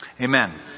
Amen